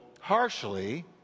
harshly